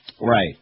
Right